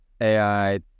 AI